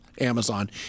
Amazon